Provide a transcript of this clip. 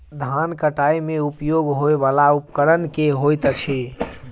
धान कटाई मे उपयोग होयवला उपकरण केँ होइत अछि?